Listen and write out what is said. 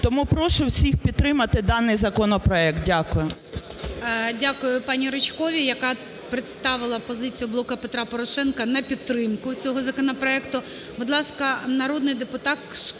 Тому прошу всіх підтримати даний законопроект. Дякую. ГОЛОВУЮЧИЙ. Дякую, пані Ричковій, яка представила позицію "Блоку Петра Порошенка" на підтримку цього законопроекту. Будь ласка, народний депутат Шкварилюк